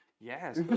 yes